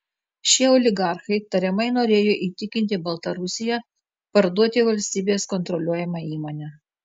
šie oligarchai tariamai norėjo įtikinti baltarusiją parduoti valstybės kontroliuojamą įmonę